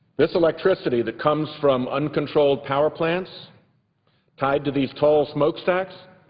this electricity that comes from uncontrolled power plants tied to these tall smokestacks,